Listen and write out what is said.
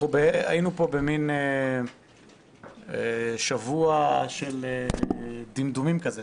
היינו פה במן שבוע של דמדומים כזה,